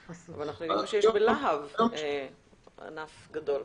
אבל אנחנו יודעים שיש בלהב ענף גדול.